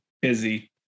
busy